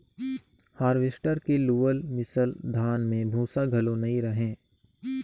harvester के लुअल मिसल धान में भूसा घलो नई रहें